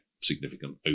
significant